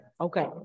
Okay